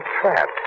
trapped